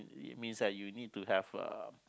means that you need to have uh